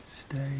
stay